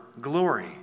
glory